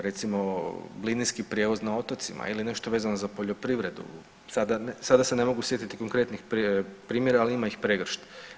Recimo linijski prijevoz na otocima ili nešto vezano za poljoprivredu, sada se ne mogu sjetiti konkretnih primjera ali ima ih pregršt.